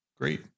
great